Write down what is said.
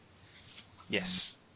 Yes